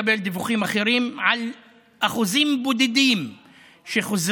אני מקבל דיווחים אחרים על אחוזים בודדים שחוזרים,